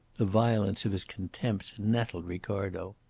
the violence of his contempt nettled ricardo.